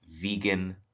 vegan